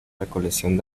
recolección